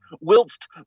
whilst